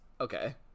Okay